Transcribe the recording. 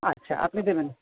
আচ্ছা আপনি দেবেন